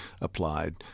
applied